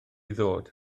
ddod